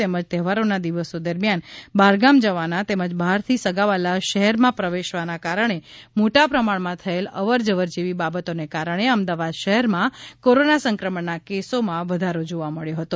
તેમજ તહેવારોના દિવસો દરમિયાન બહારગામ જવાના તેમજ બહારથી સાગ વ્હાલાં શહેરમાં પ્રવેશવાના કારણે મોટા પ્રમાણમાં થયેલ અવરજવર જેવી બાબતોને કારણે અમદાવાદ શહેરમાં કોરોના સંક્રમણના કેસોમાં વધારો જોવા મળેલ છે